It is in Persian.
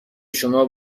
شما